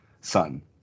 Son